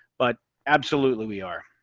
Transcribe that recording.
but absolutely we are.